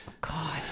God